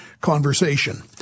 conversation